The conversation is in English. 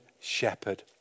shepherd